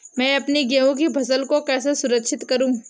मैं अपनी गेहूँ की फसल को कैसे सुरक्षित करूँ?